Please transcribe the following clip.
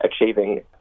achieving